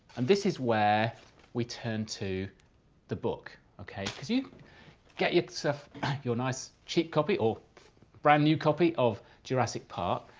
and this is where we turn to the book, ok? could you get yourself your nice cheap copy or brand new copy of jurassic park,